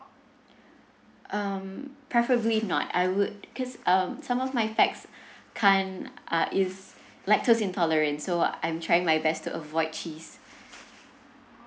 um preferably not I would cause um some of my pax can't uh is lactose intolerant so I'm trying my best to avoid cheese